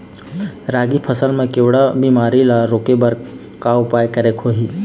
रागी फसल मा केवड़ा बीमारी ला रोके बर का उपाय करेक होही?